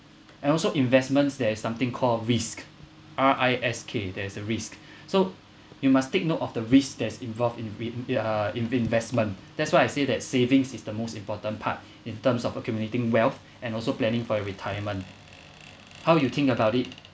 and also investments there is something called risk R I S K there's a risk so you must take note of the risk that's involved in w~ their investment that's why I say that savings is the most important part in terms of accumulating wealth and also planning for your retirement how you think about it